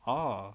oh